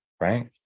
right